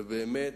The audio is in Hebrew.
ובאמת